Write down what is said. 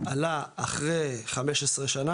עלה אחרי שנה,